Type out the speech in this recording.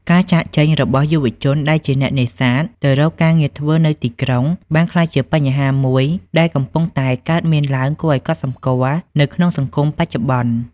ការចាកចេញរបស់យុវជនដែលជាអ្នកនេសាទទៅរកការងារធ្វើនៅទីក្រុង បានក្លាយជាបញ្ហាមួយដែលកំពុងតែកើតមានឡើងគួរឲ្យកត់សម្គាល់នៅក្នុងសង្គមបច្ចុប្បន្ន។